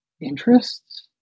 interests